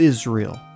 Israel